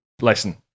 listen